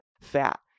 fat